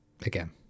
Again